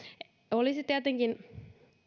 olisi tietenkin